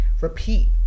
repeat